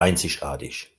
einzigartig